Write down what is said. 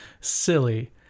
silly